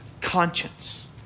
conscience